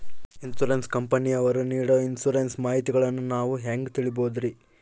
Insurance ಕಂಪನಿಯವರು ನೇಡೊ insurance ಮಾಹಿತಿಗಳನ್ನು ನಾವು ಹೆಂಗ ತಿಳಿಬಹುದ್ರಿ?